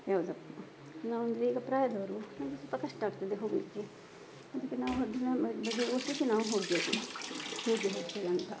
ಯಾವುದು ನಾವೆಂದರೆ ಈಗ ಪ್ರಾಯದವರು ನಮಗೆ ಸ್ವಲ್ಪ ಕಷ್ಟ ಆಗ್ತದೆ ಹೋಗಲಿಕ್ಕೆ ಅದಕ್ಕೆ ನಾವು ಹೋಗಬೇಕು ಹೋಗಿ ಬರ್ತೇವೆ ಅಂತ